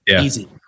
easy